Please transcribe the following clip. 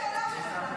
אין שאלה בכלל,